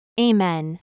Amen